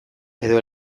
edo